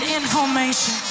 information